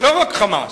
לא רק ב"חמאס".